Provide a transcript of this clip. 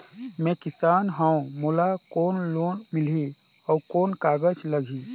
मैं किसान हव मोला कौन लोन मिलही? अउ कौन कागज लगही?